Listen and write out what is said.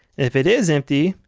if it is empty,